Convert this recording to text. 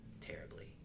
terribly